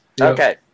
Okay